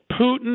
Putin